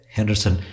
Henderson